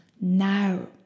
now